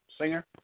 Singer